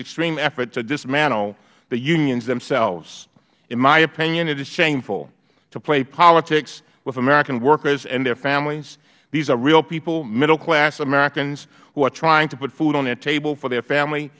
extreme effort to dismantle the unions themselves in my opinion it is shameful to play politics with american workers and their families these are real people middle class americans who are trying to put food on their table for their family